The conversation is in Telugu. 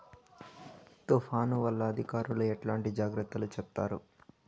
తుఫాను వల్ల అధికారులు ఎట్లాంటి జాగ్రత్తలు చెప్తారు?